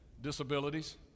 disabilities